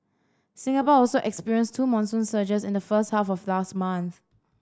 Singapore also experienced two monsoon surges in the first half of last month